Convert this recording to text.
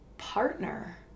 partner